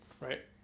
right